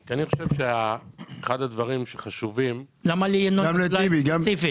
כי אחד הדברים החשובים -- למה לינון אזולאי ספציפית?